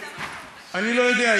אני לא יודע,